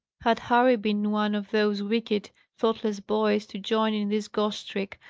had harry been one of those wicked, thoughtless boys to join in this ghost trick,